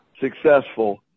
successful